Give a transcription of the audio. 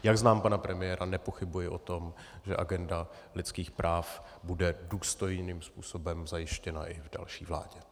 Jak znám pana premiéra, nepochybuji o tom, že agenda lidských práv bude důstojným způsobem zajištěna i v další vládě.